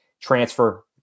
transfer